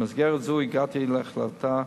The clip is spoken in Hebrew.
במסגרת זו הגעתי להחלטה,